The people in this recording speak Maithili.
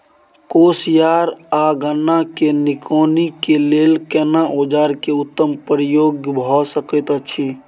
कोसयार आ गन्ना के निकौनी के लेल केना औजार के उत्तम प्रयोग भ सकेत अछि?